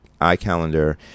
iCalendar